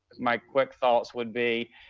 my quick thoughts would be,